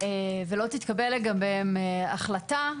ולא תתקבל לגביהן החלטה,